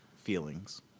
Feelings